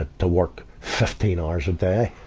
ah to work fifteen hours a day,